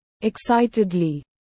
Excitedly